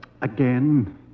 Again